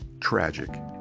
tragic